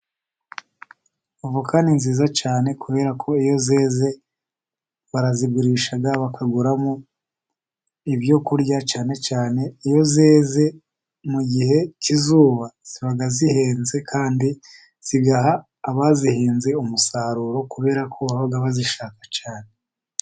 Avoka ni nziza cyane, kubera ko iyo zeze barazigurisha, bakaguramo ibyokurya, cyane cyane iyo zeze mu gihe cy'izuba, ziba zihenze, kandi zigaha abazihinze umusaruro, kubera ko baba bazishaka cyane.